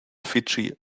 fidschi